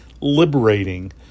liberating